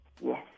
Yes